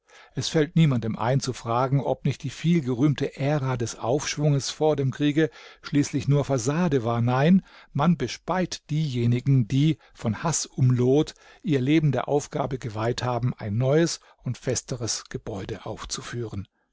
es fällt niemandem ein zu fragen ob nicht die vielgerühmte ära des aufschwunges vor dem kriege schließlich nur fassade war nein man bespeit diejenigen die von haß umloht ihr leben der aufgabe geweiht haben ein neues und festeres gebäude aufzuführen